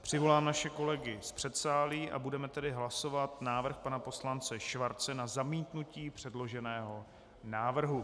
Přivolám naše kolegy z předsálí a budeme hlasovat návrh pana poslance Schwarze na zamítnutí předloženého návrhu.